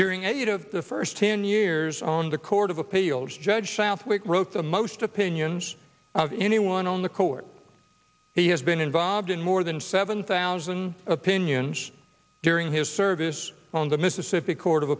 of the first ten years on the court of appeals judge southwick wrote the most opinions of anyone on the court he has been involved in more than seven thousand opinions during his service on the mississippi court of